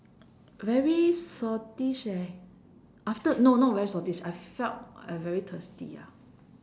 very saltish eh after no not very saltish I felt very thirsty ya